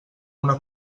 una